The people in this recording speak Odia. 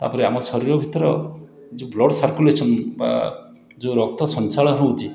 ତା'ପରେ ଆମ ଶରୀର ଭିତର ଯେଉଁ ବ୍ଲଡ଼୍ ସରକୁଲେସନ୍ ବା ଯେଉଁ ରକ୍ତସଞ୍ଚାଳନ ହେଉଛି